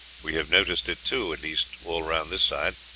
we have noticed it too at least, all round this side.